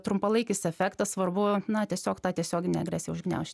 trumpalaikis efektas svarbu na tiesiog tą tiesioginę agresiją užgniauž